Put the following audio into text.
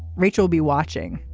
rachel be watching.